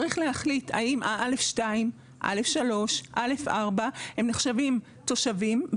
צריך להחליט האם ה-א.2, א.3, א.4 נחשבים תושבים.